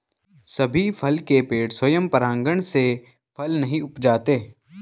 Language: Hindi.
सभी फल के पेड़ स्वयं परागण से फल नहीं उपजाते